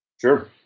Sure